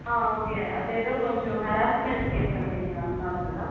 okay అది ఏదో కొంచెం హెరాస్మెంట్ కేస్ అని అన్నారు కదా